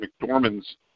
McDormand's